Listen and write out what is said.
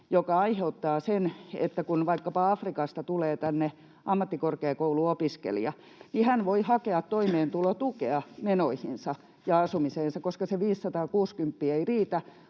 joka aiheuttaa sen, että kun vaikkapa Afrikasta tulee tänne ammattikorkeakouluopiskelija, niin hän voi hakea toimeentulotukea menoihinsa ja asumiseensa, koska se 560 ei riitä,